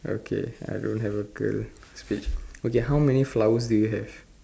okay I don't have a girl speech okay how many flowers do you have